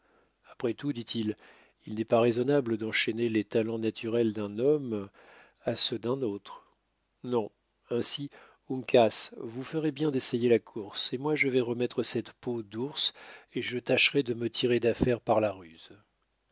après tout dit-il il n'est pas raisonnable d'enchaîner les talents naturels d'un homme à ceux d'un autre non ainsi uncas vous ferez bien d'essayer la course et moi je vais remettre cette peau d'ours et je tâcherai de me tirer d'affaire par la ruse